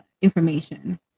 information